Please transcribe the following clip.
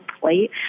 plate